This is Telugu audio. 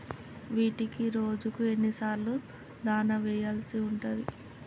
వీటికి రోజుకు ఎన్ని సార్లు దాణా వెయ్యాల్సి ఉంటది?